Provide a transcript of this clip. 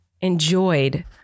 enjoyed